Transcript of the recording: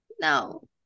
no